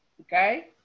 Okay